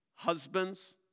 Husbands